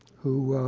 who